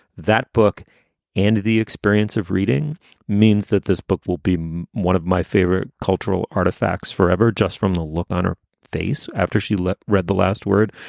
that book and the experience of reading means that this book will be one of my favorite cultural artifacts forever, just from the look on her face after she read the last word.